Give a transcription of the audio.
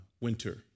Winter